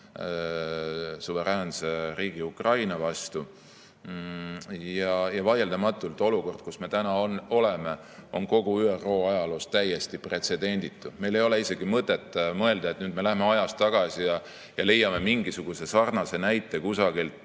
suveräänse riigi Ukraina vastu. Vaieldamatult on olukord, kus me täna oleme, kogu ÜRO ajaloos täiesti pretsedenditu. Meil ei ole isegi mõtet mõelda, et nüüd me läheme ajas tagasi ja leiame mingisuguse sarnase näite kusagilt